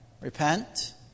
repent